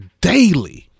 daily